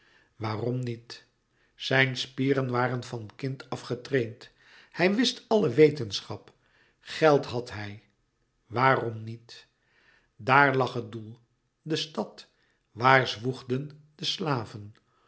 waarom niet zijn spieren waren van kind af getraind hij wist alle wetenschap geld had hij waarom niet daar lag het doel de stad waar zwoegden de slaven